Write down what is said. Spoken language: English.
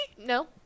No